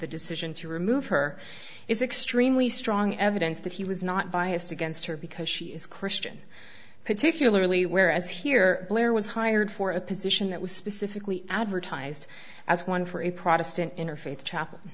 the decision to remove her is extremely strong evidence that he was not biased against her because she is christian particularly whereas here blair was hired for a position that was specifically advertised as one for a protestant interfaith chapel